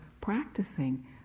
practicing